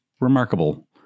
remarkable